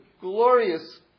glorious